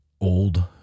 old